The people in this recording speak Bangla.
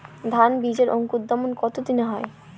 ধান বীজের অঙ্কুরোদগম কত দিনে হয়?